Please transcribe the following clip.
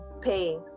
pay